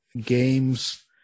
games